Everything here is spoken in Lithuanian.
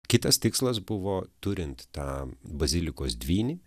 kitas tikslas buvo turint tą bazilikos dvynį